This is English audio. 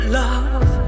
love